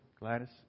Gladys